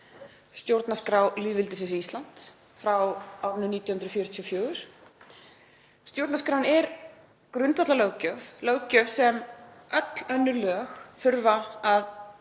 stjórnarskrá lýðveldisins Ísland frá árinu 1944. Stjórnarskráin er grundvallarlöggjöf, löggjöf sem öll önnur lög þurfa að